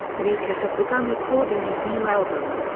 mika has begun recording his new album.